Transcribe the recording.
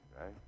right